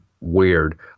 weird